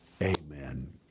amen